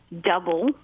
double